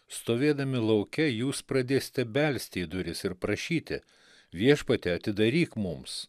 stovėdami lauke jūs pradėsite belsti į duris ir prašyti viešpatie atidaryk mums